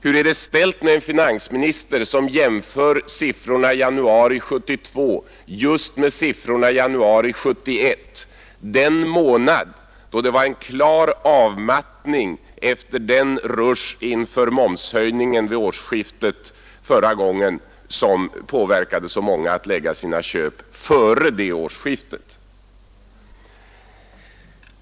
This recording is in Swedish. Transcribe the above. Hur är det beställt med en finansminister som jämför siffrorna i januari 1972 just med siffrorna i januari 1971, den månad då det var en klar avmattning efter den köprush inför momshöjningen vid årsskiftet som föranleddes av att så många förlade sina köp före det årsskiftet?